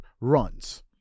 runs